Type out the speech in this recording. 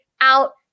out